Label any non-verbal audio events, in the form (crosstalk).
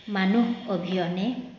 মানুহ (unintelligible)